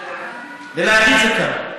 ולהגיד זה קל.